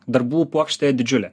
darbų puokštė didžiulė